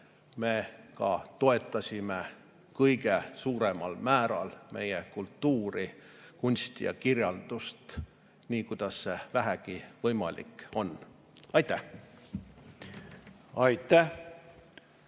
me toetasime kõige suuremal määral meie kultuuri, kunsti ja kirjandust, nii kuidas see vähegi võimalik oli. Aitäh! Aitäh!